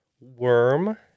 Worm